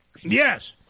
Yes